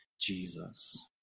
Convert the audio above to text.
Jesus